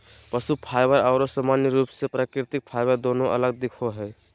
पशु फाइबर आरो सामान्य रूप से प्राकृतिक फाइबर दोनों अलग दिखो हइ